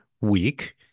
week